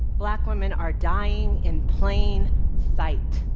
black women are dying in plain sight.